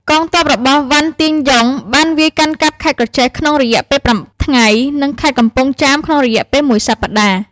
កងទ័ពរបស់ វ៉ាន់ ទៀនយុង បានវាយកាន់កាប់ ខេត្តក្រចេះ ក្នុងរយៈពេលប្រាំថ្ងៃ និងខេត្តកំពង់ចាមក្នុងរយៈ ពេលមួយសប្តាហ៍។